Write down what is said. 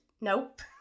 nope